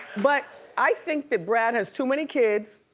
but i think that brad has too many kids.